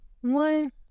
One